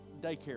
daycare